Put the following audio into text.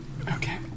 Okay